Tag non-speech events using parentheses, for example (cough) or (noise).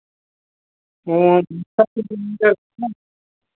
वहाँ (unintelligible)